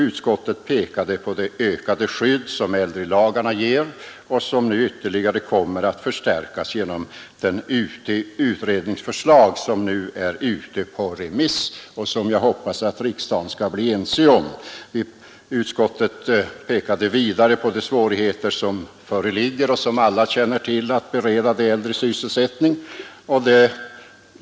Utskottet pekade på det ökade skydd som äldrelagarna ger och som nu ytterligare kommer att förstärkas genom de utredningsförslag som nu är på remiss och som jag hoppas att riksdagen skall bli ense om. Utskottet pekade vidare på de svårigheter som föreligger — som alla känner till — att bereda äldre sysselsättning.